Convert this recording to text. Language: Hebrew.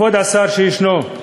כבוד השר שישנו.